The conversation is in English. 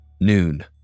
Noon